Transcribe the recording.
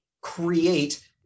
create